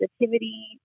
positivity